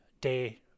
Day